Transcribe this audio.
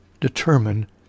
determine